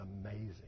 amazing